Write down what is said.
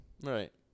right